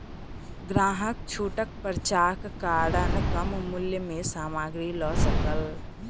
ग्राहक छूटक पर्चाक कारण कम मूल्य में सामग्री लअ सकल